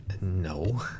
No